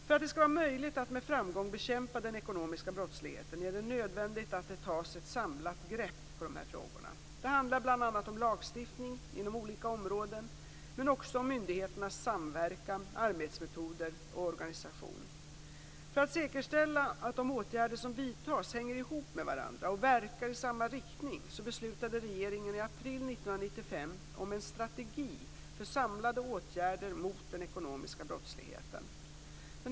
För att det skall vara möjligt att med framgång bekämpa den ekonomiska brottsligheten är det nödvändigt att det tas ett samlat grepp på dessa frågor. Det handlar bl.a. om lagstiftning inom olika områden men också om myndigheternas samverkan, arbetsmetoder och organisation. För att säkerställa att de åtgärder som vidtas hänger ihop med varandra och verkar i samma riktning beslutade regeringen i april 1995 om en strategi för samlade åtgärder mot den ekonomiska brottsligheten (skr.